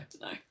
No